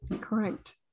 Correct